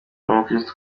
umukristu